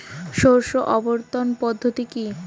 শস্য আবর্তন পদ্ধতি কি?